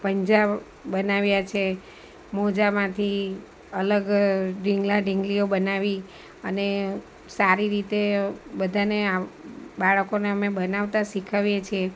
પંજા બનાવ્યા છે મોજામાંથી અલગ ઢીંગલા ઢીંગલીઓ બનાવી અને સારી રીતે બધાને આવ બાળકોને અમે બનાવતા શીખવીએ છીએ